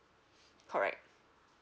correct